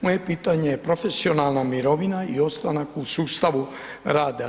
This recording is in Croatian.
Moje pitanje je, profesionalna mirovina i ostanak u sustavu rada.